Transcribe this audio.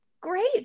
Great